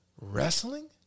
Wrestling